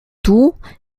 tout